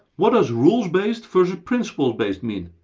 what does rules-based versus principles-based mean?